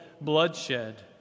bloodshed